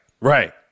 right